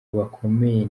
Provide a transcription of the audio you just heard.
bakomeye